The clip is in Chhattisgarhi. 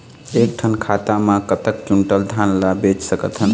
एक ठन खाता मा कतक क्विंटल धान ला बेच सकथन?